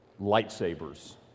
lightsabers